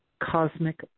cosmic